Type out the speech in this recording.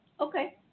Okay